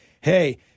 hey